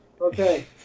Okay